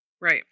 Right